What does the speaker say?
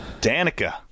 Danica